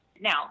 Now